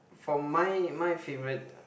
for mine my favourite